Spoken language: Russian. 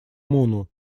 муну